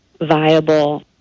viable